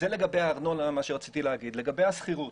לגבי השכירות.